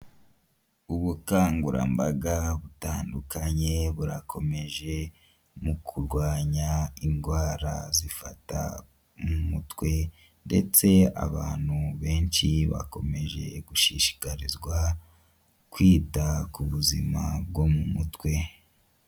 Ubukangurambaga butandukanye burakomeje mu kurwanya indwara zifata mu mutwe ndetse abantu benshi bakomeje gushishikarizwa kwita ku buzima bwo mu mutwe.